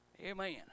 Amen